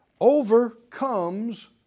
overcomes